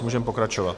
Můžeme pokračovat.